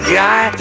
guy